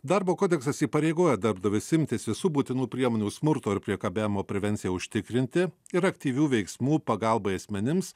darbo kodeksas įpareigoja darbdavius imtis visų būtinų priemonių smurto ir priekabiavimo prevenciją užtikrinti ir aktyvių veiksmų pagalbai asmenims